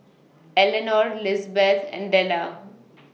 Elenor Lizbeth and Della